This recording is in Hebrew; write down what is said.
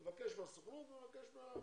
אז נבקש מהסוכנות ונבקש מהמדינה.